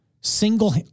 single